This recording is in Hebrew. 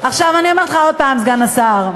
עכשיו אני אומרת לך עוד פעם, סגן השר,